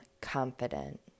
confident